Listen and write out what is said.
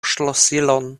ŝlosilon